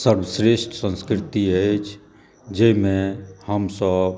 सर्वश्रेठ संस्कृति अछि जाहिमे हमसब